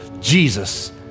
Jesus